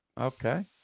Okay